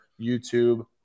YouTube